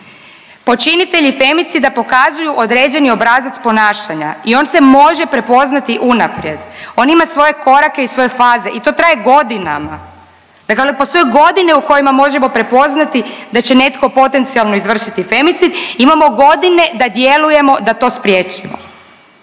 Počinitelji femicida pokazuju određeni obrazac ponašanja i on se može prepoznati unaprijed. On ima svoje korake i svoje faze i to traje godinama. Dakle, postoje godine u kojima možemo prepoznati da će netko potencijalno izvršiti femicid, imamo godine da djelujemo da to spriječimo.